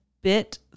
bit